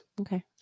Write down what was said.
Okay